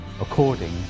according